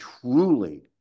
truly